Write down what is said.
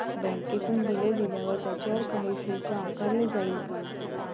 बँकेतून बिले दिल्यावर त्याच्यावर काही शुल्क आकारले जाईल का?